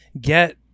get